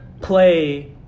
play